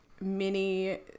mini